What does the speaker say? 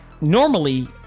normally